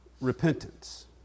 repentance